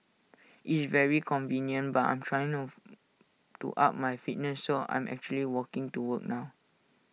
IT is very convenient but I'm trying to to up my fitness so I'm actually walking to work now